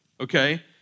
Okay